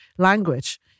language